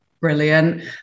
brilliant